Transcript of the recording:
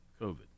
COVID